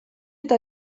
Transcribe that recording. eta